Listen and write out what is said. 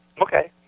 Okay